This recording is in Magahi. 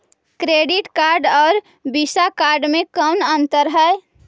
क्रेडिट कार्ड और वीसा कार्ड मे कौन अन्तर है?